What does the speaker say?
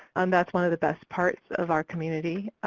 and that's one of the best parts of our community.